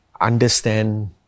understand